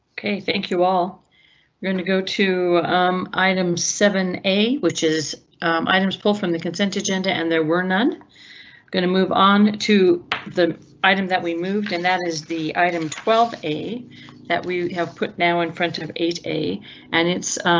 ok, thank you all were gonna go to um item seven a, which is items pulled from the consent agenda and there were none going to move on to the item that we moved and that is the item twelve a that we have put now in front of eight a and it's